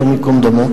השם ייקום דמו.